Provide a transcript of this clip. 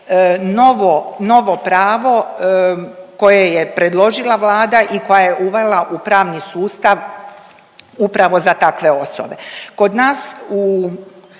novo pravo koje je predložila Vlada i koja je uvela u pravni sustav upravo za takve osobe.